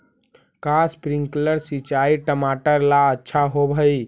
का स्प्रिंकलर सिंचाई टमाटर ला अच्छा होव हई?